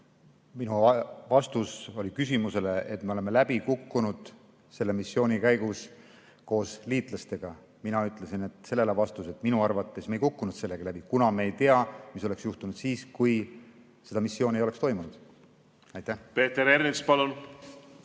Minu vastus oli küsimusele, kas me oleme koos liitlastega selle missiooni käigus läbi kukkunud. Mina ütlesin sellele vastuse, et minu arvates me ei kukkunud sellega läbi, kuna me ei tea, mis oleks juhtunud siis, kui seda missiooni ei oleks toimunud. Peeter Ernits, palun!